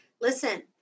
listen